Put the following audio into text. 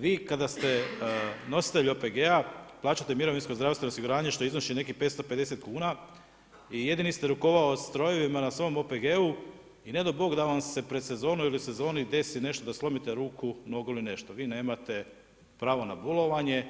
Vi kada ste nositelj OPG-a plaćate mirovinsko, zdravstveno osiguranje što iznosi nekih 550 kuna i jedini ste rukovaoc strojevima na svom OPG-u i ne dao Bog da vam se pred sezonu ili u sezoni desi nešto da slomite ruku, nogu ili nešto vi nemate pravo na bolovanje,